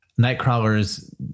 Nightcrawler's